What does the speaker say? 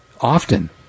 Often